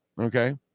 Okay